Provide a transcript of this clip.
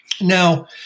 Now